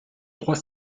trois